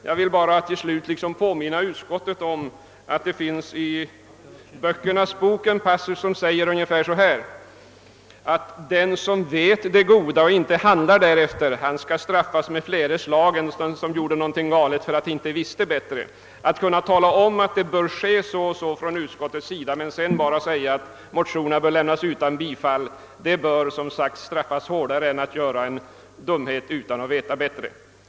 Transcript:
Jag vill bara till slut påminna utskottet om att det i »böckernas bok» finns en passus av ungefär följande lydelse: Den som vet det goda och inte handlar därefter, han skall straffas med flera slag än den som gjort något galet för att han inte visste bättre. Att tala om vad som bör göras och sedan lämna motionerna utan bifall, som utskottet gör, bör alltså straffas hårdare än om utskottet gjort en dumhet utan att veta bättre.